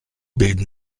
bilden